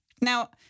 Now